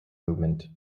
movement